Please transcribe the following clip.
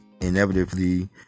inevitably